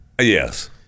Yes